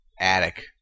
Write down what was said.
attic